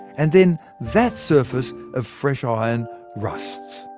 and then that surface of fresh iron rusts.